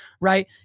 Right